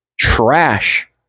Trash